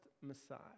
Messiah